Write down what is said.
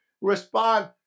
respond